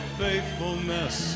faithfulness